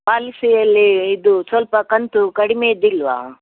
ಪಾಲಿಸಿಯಲ್ಲಿ ಇದು ಸ್ವಲ್ಪ ಕಂತು ಕಡಿಮೆದು ಇಲ್ವಾ